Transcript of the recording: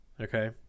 Okay